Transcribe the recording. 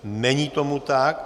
Není tomu tak.